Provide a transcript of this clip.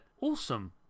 awesome